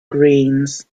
greens